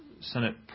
Senate